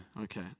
Okay